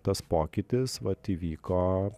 tas pokytis vat įvyko